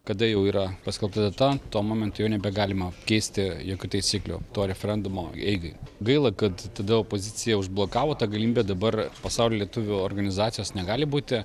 kada jau yra paskelbta data tuo momentu jau nebegalima keisti jokių taisyklių to referendumo eigai gaila kad todėl opozicija užblokavo tą galimybę dabar pasaulio lietuvių organizacijos negali būti